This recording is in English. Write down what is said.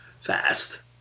Fast